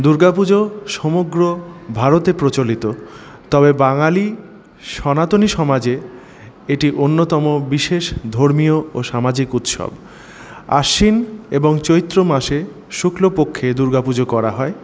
দুর্গাপুজো সমগ্র ভারতে প্রচলিত তবে বাঙালি সনাতনী সমাজে এটি অন্যতম বিশেষ ধর্মীয় ও সামাজিক উৎসব আশ্বিন এবং চৈত্র মাসে শুক্লপক্ষে দুর্গা পুজো করা হয়